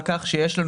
ישיבות.